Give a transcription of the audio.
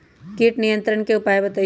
किट नियंत्रण के उपाय बतइयो?